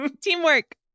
Teamwork